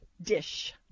dish